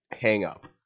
hang-up